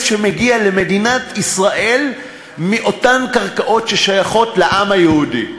שמגיע למדינת ישראל מאותן קרקעות ששייכות לעם היהודי.